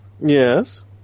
Yes